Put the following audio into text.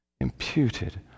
imputed